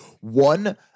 one –